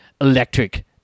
electric